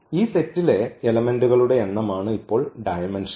ഈ സെറ്റിലെ എലെമെന്റുകളുടെ എണ്ണമാണ് ഇപ്പോൾ ഡയമെന്ഷൻ